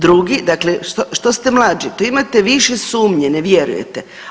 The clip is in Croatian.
Drugi, dakle, što ste mlađi, to imate više sumnje, ne vjerujete.